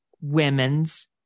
women's